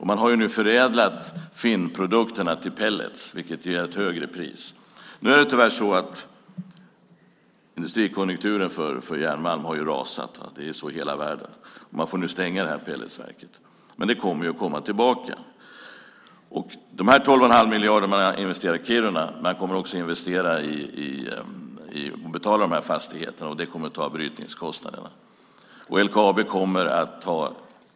Man har nu förädlat finsprodukterna till pellets, vilket ger ett högre pris. Nu är det tyvärr så att industrikonjunkturen för järnmalm har rasat; det är så i hela världen. Man får nu stänga pelletsverket, men det kommer tillbaka. Man har investerat 12 1⁄2 miljard i Kiruna. Man kommer också att betala de här fastigheterna. Det kommer att ses som en del av brytningskostnaderna.